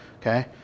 okay